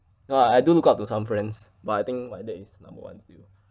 no I I do look up to some friends but I think my dad is number one still